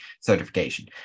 certification